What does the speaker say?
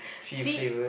sweet